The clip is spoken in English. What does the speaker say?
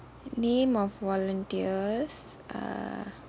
name of volunteers err